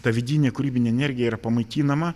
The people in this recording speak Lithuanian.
ta vidinė kūrybinė energija yra pamaitinama